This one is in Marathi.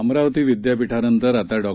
अमरावती विद्यापीठानंतर आता डॉ